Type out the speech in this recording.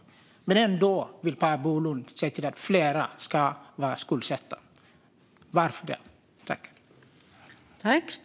Ändå vill Per Bolund se till att fler ska vara skuldsatta. Varför det?